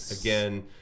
Again